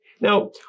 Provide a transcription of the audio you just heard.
Now